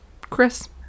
chris